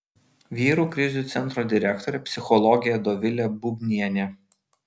vyrų krizių centro direktorė psichologė dovilė bubnienė